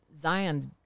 Zion's